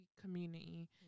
community